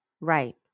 Right